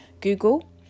Google